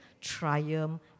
triumph